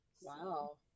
Wow